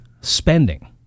spending